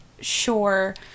sure